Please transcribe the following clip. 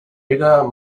peter